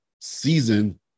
season